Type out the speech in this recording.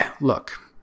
look